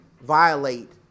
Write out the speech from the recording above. violate